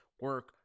Work